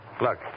Look